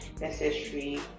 necessary